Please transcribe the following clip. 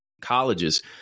colleges